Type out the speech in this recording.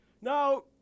Now